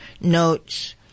notes